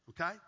okay